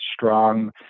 strong